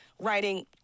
Writing